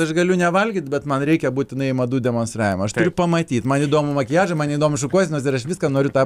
aš galiu nevalgyt bet man reikia būtinai į madų demonstravimą aš turiu pamatyt man įdomu makiažai man įdomu šukuosenos ir aš viską noriu tą